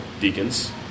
deacons